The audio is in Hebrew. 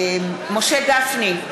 נגד משה גפני,